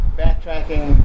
backtracking